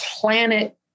planet